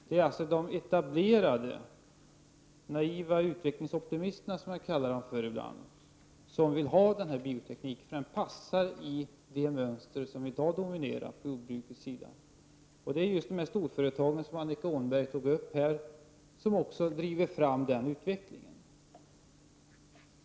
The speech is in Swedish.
Det är alltså de etablerade, naiva utvecklingsoptimisterna, som jag ibland kallar dem, som vill ha denna bioteknik, för den passar in i det mönster som i dag dominerar inom jordbruket. Det är just storföretagen, som Annika Åhnberg tog upp här, som driver fram den här utvecklingen.